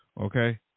okay